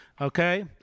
okay